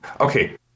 Okay